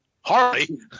Harley